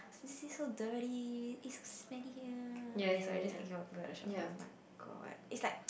this is so dirty it's so smelly here okay sorry just thinking about people at the shelter oh-my-god it's like